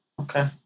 Okay